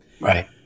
Right